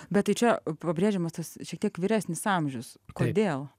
bet tai čia pabrėžiamas tas šiek tiek vyresnis amžius kodėl